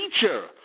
teacher